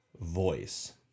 voice